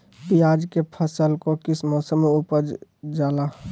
प्याज के फसल को किस मौसम में उपजल जाला?